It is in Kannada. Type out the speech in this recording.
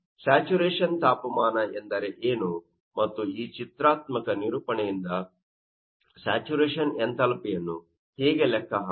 ಸ್ಯಾಚುರೇಶನ್ ತಾಪಮಾನ ಎಂದರೇನು ಮತ್ತು ಈ ಚಿತ್ರಾತ್ಮಕ ನಿರೂಪಣೆಯಿಂದ ಸ್ಯಾಚುರೇಶನ್ ಎಂಥಾಲ್ಪಿಯನ್ನು ಹೇಗೆ ಲೆಕ್ಕ ಹಾಕುವುದು